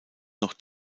noch